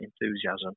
enthusiasm